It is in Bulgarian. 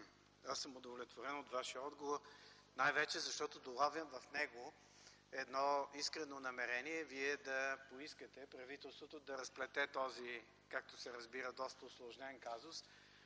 Аз съм удовлетворен от Вашия отговор най-вече, защото долавям в него искрено намерение да поискате правителството да разплете този доста усложнен казус